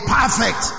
perfect